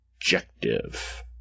objective